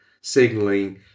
signaling